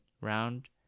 round